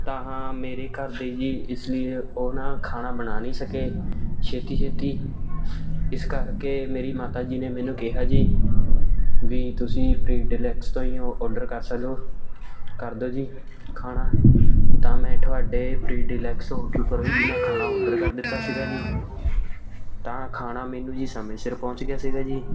ਤਾਂ ਹਾਂ ਮੇਰੇ ਘਰ ਦੇ ਜੀ ਇਸ ਲੀਏ ਉਹ ਨਾ ਖਾਣਾ ਬਣਾ ਨਹੀਂ ਸਕੇ ਛੇਤੀ ਛੇਤੀ ਇਸ ਕਰਕੇ ਮੇਰੀ ਮਾਤਾ ਜੀ ਨੇ ਮੈਨੂੰ ਕਿਹਾ ਜੀ ਵੀ ਤੁਸੀਂ ਪ੍ਰੀਡੀਲੈਕਸ ਤੋਂ ਹੀ ਔ ਔਰਡਰ ਕਰ ਸਕਦੇ ਹੋ ਕਰ ਦਿਉ ਜੀ ਖਾਣਾ ਤਾਂ ਮੈਂ ਤੁਹਾਡੇ ਪ੍ਰੀਡੀਲੈਕਸ ਹੋਟਲ ਪਰੋ ਜੀ ਮੈਂ ਖਾਣਾ ਔਰਡਰ ਕਰ ਦਿੱਤਾ ਸੀਗਾ ਜੀ ਤਾਂ ਖਾਣਾ ਮੈਨੂੰ ਜੀ ਸਮੇਂ ਸਿਰ ਪਹੁੰਚ ਗਿਆ ਸੀਗਾ ਜੀ